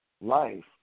life